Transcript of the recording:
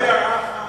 ורק הערה אחת: